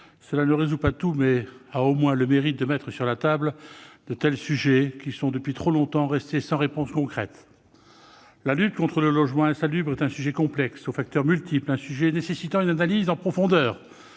cela ne résout pas tout, mais, au moins, cela a le mérite de mettre sur la table des questions depuis trop longtemps restées sans réponse concrète. La lutte contre le logement insalubre est un sujet complexe aux facteurs multiples, un sujet nécessitant une analyse en profondeur